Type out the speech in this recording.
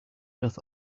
doth